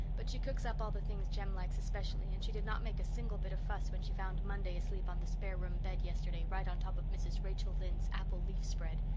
but she cooks up all the things jem likes especially, and she did not make a single bit of fuss when she found monday asleep on the spare-room bed yesterday right on top of mrs. rachel lynde's apple-leaf spread.